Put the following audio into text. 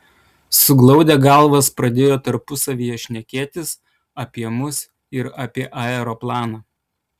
suglaudę galvas pradėjo tarpusavyje šnekėtis apie mus ir apie aeroplaną